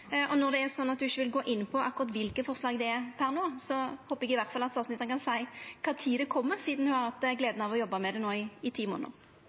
Og når det er slik at ho – per no – ikkje vil gå inn på akkurat kva forslag det er, håper eg iallfall at statsministeren kan seia kva tid dei kjem, sidan ho har hatt gleda av å jobba med dette no i ti månader.